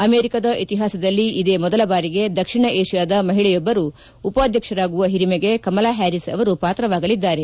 ಅಮೆರಿಕದ ಇತಿಹಾಸದಲ್ಲಿ ಇದೇ ಮೊದಲ ಬಾರಿಗೆ ದಕ್ಷಿಣ ಏಷ್ಲಾದ ಮಹಿಳೆಯೊಬ್ಬರು ಉಪಾಧ್ಯಕ್ಷರಾಗುವ ಒರಿಮೆಗೆ ಕಮಲಾ ಹ್ನಾರಿಸ್ ಅವರು ಪಾತ್ರವಾಗಲಿದ್ದಾರೆ